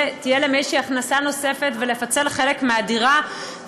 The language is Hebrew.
להם איזושהי הכנסה נוספת ולפצל חלק מהדירה,